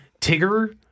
tigger